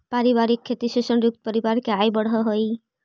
पारिवारिक खेती से संयुक्त परिवार के आय बढ़ऽ हई